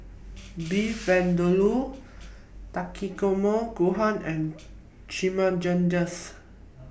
Beef Vindaloo Takikomi Gohan and Chimichangas